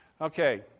okay